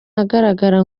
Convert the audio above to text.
agaragara